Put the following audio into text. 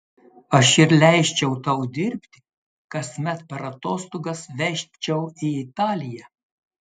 aš ir leisčiau tau dirbti kasmet per atostogas vežčiau į italiją